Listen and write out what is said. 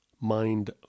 Mind